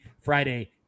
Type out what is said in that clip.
Friday